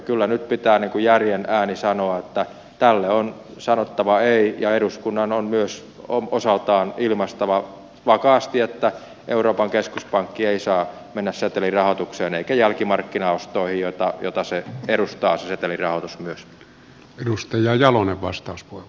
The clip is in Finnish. kyllä nyt pitää järjen äänen sanoa että tälle on sanottava ei ja eduskunnan on myös osaltaan ilmaistava vakaasti että euroopan keskuspankki ei saa mennä setelirahoitukseen eikä jälkimarkkinaostoihin jota se setelirahoitus myös edustaa